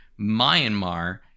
Myanmar